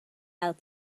out